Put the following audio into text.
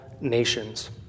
nations